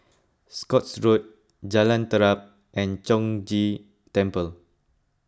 Scotts Road Jalan Terap and Chong Ghee Temple